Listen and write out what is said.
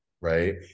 right